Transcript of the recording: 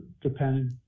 depending